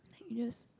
use